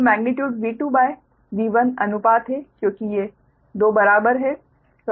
तो magnitude V 2V 1 अनुपात है क्योंकि ये 2 बराबर हैं